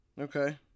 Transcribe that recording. Okay